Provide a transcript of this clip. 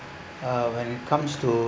uh when it comes to